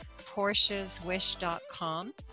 PorschesWish.com